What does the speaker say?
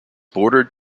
bordered